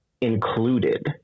included